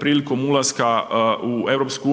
prilikom ulaska u